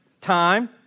time